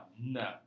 no